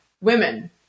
women